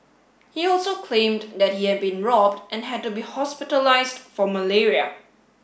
he also claimed that he had been robbed and had to be hospitalised for malaria